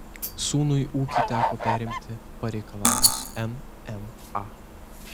sūnui ūkį teko perimti pareikalavus nma